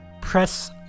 press